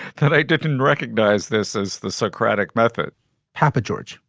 that i didn't recognize this as the socratic method papageorge,